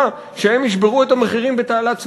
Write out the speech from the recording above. לכך שהם ישברו את המחירים בתעלת סואץ,